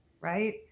right